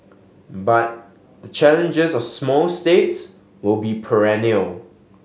but the challenges of small states will be perennial